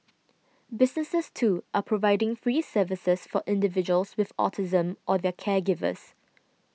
businesses too are providing free services for individuals with autism or their caregivers